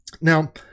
Now